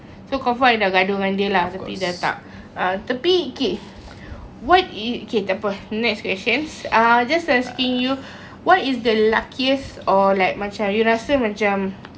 so confirm I dah gaduh dengan dia lah tapi dah tak uh tapi K what if K takpe next question uh just asking you what is the luckiest or like macam you rasa macam